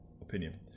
opinion